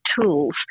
tools